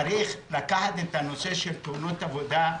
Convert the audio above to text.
צריך לקחת את הנושא של תאונות עבודה.